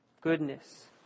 goodness